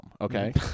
Okay